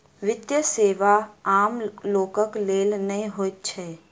वित्तीय सेवा आम लोकक लेल नै होइत छै